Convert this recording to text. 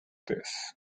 this